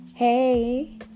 hey